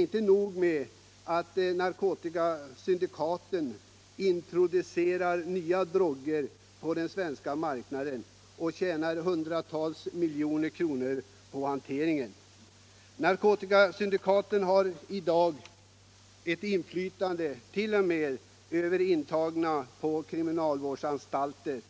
Inte nog med att narkotikasyndikaten introducerar nya droger på den svenska marknaden och tjänar hundratals miljoner på hanteringen. Narkotikasyndikaten har i dag inflytande t.o.m. över intagna på kriminalvårdsanstalter,